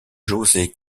josé